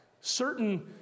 certain